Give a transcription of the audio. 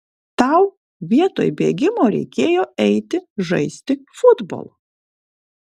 tau vietoj bėgimo reikėjo eiti žaisti futbolo